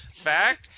fact